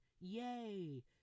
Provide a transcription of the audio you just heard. Yay